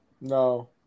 No